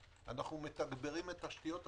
אנחנו מתגברים את תשתיות התקשוב,